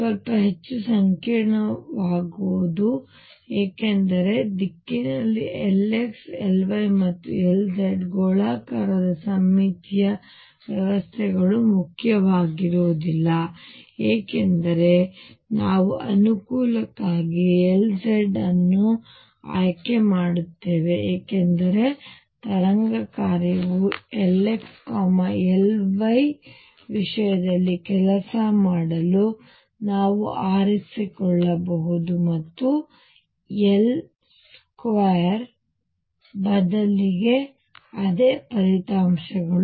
ಸ್ವಲ್ಪ ಹೆಚ್ಚು ಸಂಕೀರ್ಣವಾಗುವುದು ಏಕೆಂದರೆ ದಿಕ್ಕಿನಲ್ಲಿ Lx Ly ಮತ್ತು Lz ಗೋಳಾಕಾರದ ಸಮ್ಮಿತೀಯ ವ್ಯವಸ್ಥೆಗಳು ಮುಖ್ಯವಾಗುವುದಿಲ್ಲ ಏಕೆಂದರೆ ನಾವು ಅನುಕೂಲಕ್ಕಾಗಿ Lz ಅನ್ನು ಆಯ್ಕೆ ಮಾಡುತ್ತೇವೆ ಏಕೆಂದರೆ ತರಂಗ ಕಾರ್ಯವು Lx Ly ವಿಷಯದಲ್ಲಿ ಕೆಲಸ ಮಾಡಲು ನಾವು ಆರಿಸಿಕೊಳ್ಳಬಹುದು ಮತ್ತು L2 ಬದಲಿಗೆ ಅದೇ ಫಲಿತಾಂಶಗಳು